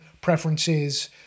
preferences